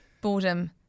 Boredom